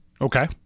Okay